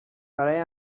برای